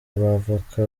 abavoka